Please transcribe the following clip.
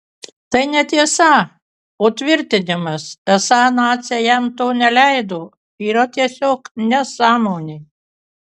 tai netiesa o tvirtinimas esą naciai jam to neleido yra tiesiog nesąmonė